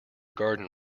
garden